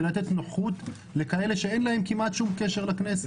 לתת נוחות לכאלה שאין להם כמעט קשר לכנסת?